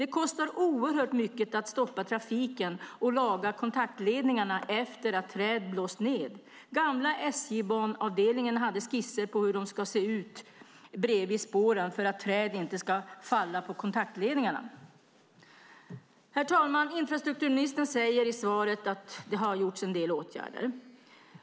Det kostar oerhört mycket att stoppa trafiken och laga kontaktledningarna efter att träd har blåst ned. Det gamla SJ banavdelning hade skisser på hur det ska se ut bredvid spåret för att träd inte ska falla på kontaktledningarna. Herr talman! Infrastrukturministern säger i svaret att det har vidtagits en del åtgärder.